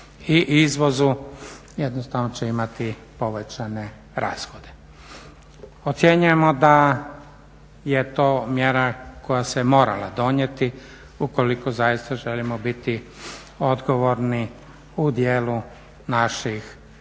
i izvozu jednostavno će imati povećane rashode. Ocjenjujemo da je to mjera koja se morala donijeti ukoliko zaista želimo biti odgovorni u dijelu naših borbi